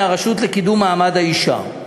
מהרשות לקידום מעמד האישה.